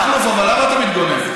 אבל למה אתה מתגונן?